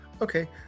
Okay